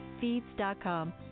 feeds.com